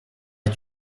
est